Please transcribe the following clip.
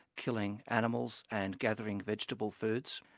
killing animals and gathering vegetable foods,